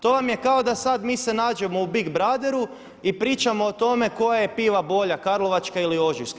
To vam je kao da sad mi se nađemo u Big brotheru i pričamo o tome koja je piva bolja Karlovačka ili Ožujska.